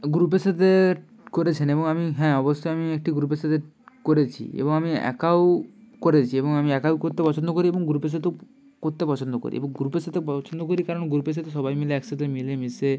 গ্রুপের সাথে করেছেন এবং আমি হ্যাঁ আমি অবশ্যই আমি একটি গ্রুপের সাথে করেছি এবং আমি একাও করেছি এবং আমি একাও করতে পছন্দ করি এবং গ্রুপের সাথেও করতে পছন্দ করি এবং গ্রুপের সাথে পছন্দ করি কারণ গ্রুপের সাথে সবাই মিলে একসাথে মিলে মিশে